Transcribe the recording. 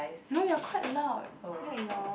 no you're quite loud no ignore